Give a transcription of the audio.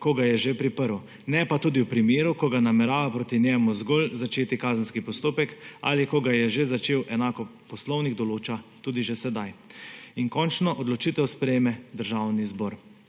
ko ga je že priprl, ne pa tudi v primeru, ko namerava proti njemu zgolj začeti kazenski postopek ali ko ga je že začel. Enako Poslovnik določa tudi že sedaj. In končno odločitev sprejme Državni zbor.